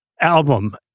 album